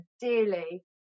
dearly